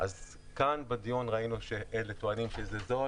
אז כאן בדיון ראינו שאלה טוענים שזה זול